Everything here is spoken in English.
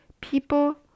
People